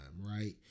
right